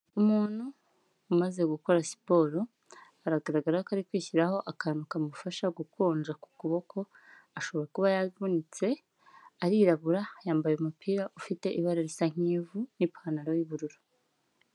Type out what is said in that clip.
Umuntu umaze gukora siporo, aragaragara ko ari kwishyiraho akantu kamufasha gukonja ku kuboko. Ashobora kuba yavunitse arirabura yambaye umupira ufite ibara risa nk'ivu n'ipantaro y'ubururu.